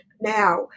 now